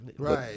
Right